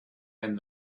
and